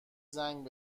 زنگ